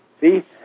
See